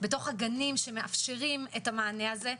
בתוך הגנים שמאפשרים את המענה הזה,